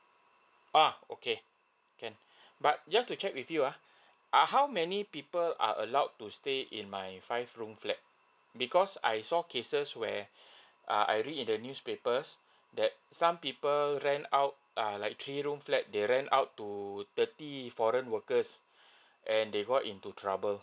uh okay can but just to check with you uh err how many people are allowed to stay in my five room flat because I saw cases where err I read in the newspapers that some people rent out err like three room flat they rent out to thirty foreign workers and they got into trouble